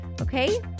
Okay